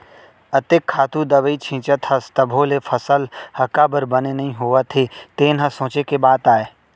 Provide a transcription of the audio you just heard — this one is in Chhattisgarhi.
अतेक खातू दवई छींचत हस तभो ले फसल ह काबर बने नइ होवत हे तेन ह सोंचे के बात आय